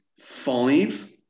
five